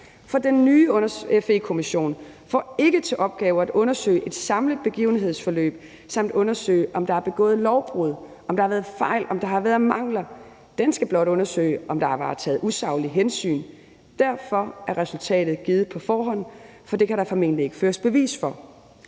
for den nye FE-kommission får ikke til opgave at undersøge et samlet begivenhedsforløb eller undersøge, om der er begået lovbrud, om der har været fejl, eller om der har været mangler. Den skal blot undersøge, om der er varetaget usaglige hensyn. Derfor er resultatet givet på forhånd, for det kan der formentlig ikke føres bevis for.